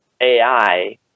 AI